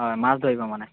হয় মাছ ধৰিব মানে